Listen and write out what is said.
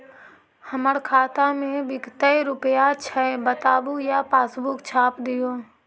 हमर खाता में विकतै रूपया छै बताबू या पासबुक छाप दियो?